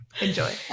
Enjoy